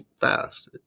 fast